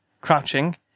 crouching